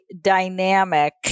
dynamic